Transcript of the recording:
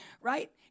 Right